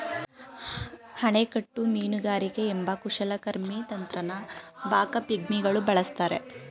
ಅಣೆಕಟ್ಟು ಮೀನುಗಾರಿಕೆ ಎಂಬ ಕುಶಲಕರ್ಮಿ ತಂತ್ರನ ಬಾಕಾ ಪಿಗ್ಮಿಗಳು ಬಳಸ್ತಾರೆ